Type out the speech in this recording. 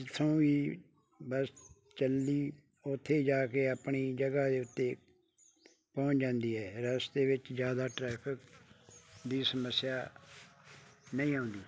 ਜਿੱਥੋਂ ਵੀ ਬੱਸ ਚੱਲੀ ਉੱਥੇ ਜਾ ਕੇ ਆਪਣੀ ਜਗ੍ਹਾ ਦੇ ਉੱਤੇ ਪਹੁੰਚ ਜਾਂਦੀ ਹੈ ਰਸਤੇ ਵਿੱਚ ਜ਼ਿਆਦਾ ਟਰੈਫਿਕ ਦੀ ਸਮੱਸਿਆ ਨਹੀਂ ਆਉਂਦੀ